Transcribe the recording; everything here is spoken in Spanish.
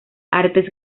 artes